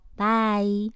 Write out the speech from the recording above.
Bye